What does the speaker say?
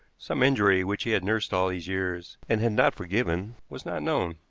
some injury which he had nursed all these years and had not forgiven, was not known.